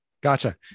Gotcha